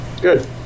Good